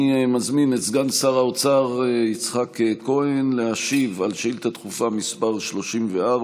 אני מזמין את סגן שר האוצר יצחק כהן להשיב על שאילתה דחופה מס' 34,